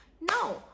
No